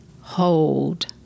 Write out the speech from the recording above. hold